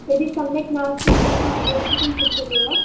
यदि सम्यक् नास्ति पुनः प्रेषितुं शक्यते वा